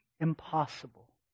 impossible